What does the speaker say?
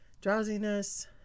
drowsiness